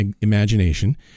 imagination